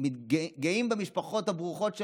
גאים במשפחות הברוכות שלנו.